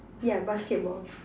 yeah basketball